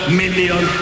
million